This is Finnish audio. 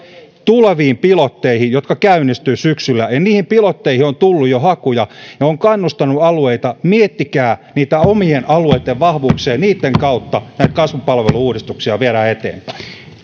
tuleviin pilotteihin jotka käynnistyvät syksyllä ja niihin pilotteihin on tullut jo hakuja ja olen kannustanut alueita miettikää niitä omien alueitten vahvuuksia niitten kautta näitä kasvupalvelu uudistuksia viedään eteenpäin